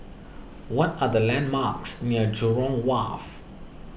what are the landmarks near Jurong Wharf